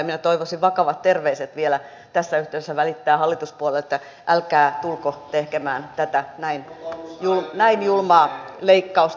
ja minä toivoisin vakavat terveiset vielä tässä yhteydessä saada välittää hallituspuolueille että älkää tulko tekemään tätä näin julmaa leikkausta